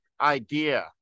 idea